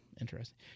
interesting